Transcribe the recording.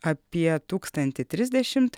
apie tūkstantį trisdešimt